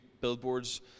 billboards